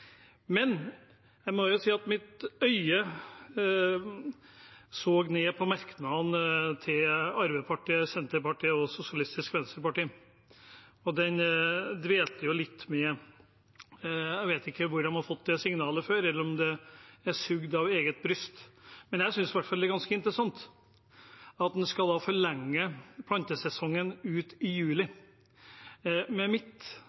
Sosialistisk Venstreparti, og jeg dvelte litt ved dem. Jeg vet ikke om de har fått signalet før, eller om det er sugd av eget bryst. Jeg synes i hvert fall det er ganske interessant at en skal forlenge plantesesongen ut i juli. Med mitt